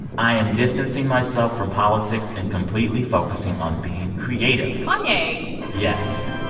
i am distancing myself from politics and completely focusing on being creative kanye yes.